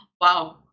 wow